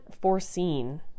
foreseen